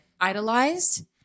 idolized